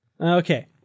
Okay